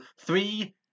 three